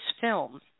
film